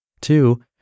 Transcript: Two